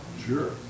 sure